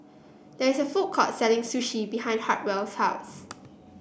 there is a food court selling Sushi behind Hartwell's house